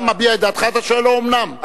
אתה מביע את דעתך, אתה שואל: האומנם?